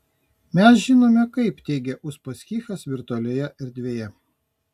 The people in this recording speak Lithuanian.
mes žinome kaip teigia uspaskichas virtualioje erdvėje